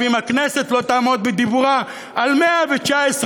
אם הכנסת לא תעמוד בדיבורה על 119 חבריה,